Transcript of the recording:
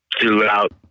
throughout